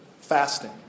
Fasting